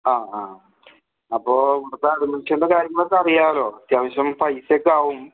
ആ ആ അപ്പോൾ ഇവിടുത്തെ അഡ്മിഷൻ്റെ കാര്യങ്ങൾ ഒക്കെ അറിയാമല്ലൊ അത്യാവശ്യം പൈസ ഒക്കെ ആകും